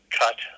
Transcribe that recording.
cut